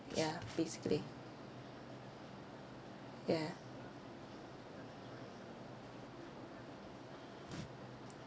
yeah basically yeah